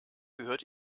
gehört